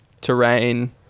terrain